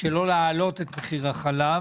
שלא להעלות את מחיר החלב.